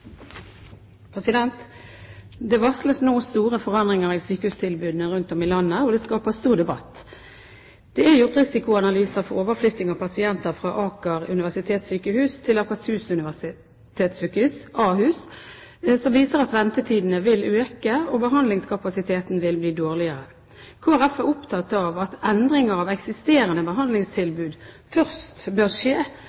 Det varsles nå store forandringer i sykehustilbudene rundt om i landet, og det skaper stor debatt. Det er gjort risikoanalyser for overflytting av pasienter fra Aker universitetssykehus til Akershus universitetssykehus, Ahus, som viser at ventetidene vil øke, og at behandlingskapasiteten vil bli dårligere. Kristelig Folkeparti er opptatt av at endringer av eksisterende